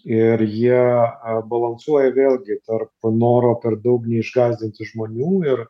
ir jie balansuoja vėlgi tarp noro per daug neišgąsdinti žmonių ir